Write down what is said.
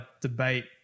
debate